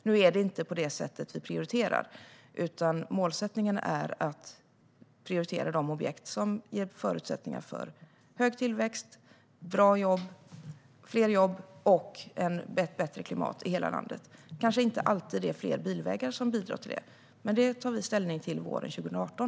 Nu är det inte på det sättet vi prioriterar, utan målsättningen är att prioritera de objekt som ger förutsättningar för hög tillväxt, fler jobb och ett bättre klimat i hela landet. Det kanske inte alltid är fler bilvägar som bidrar till detta, men det tar vi ställning till våren 2018.